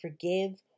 forgive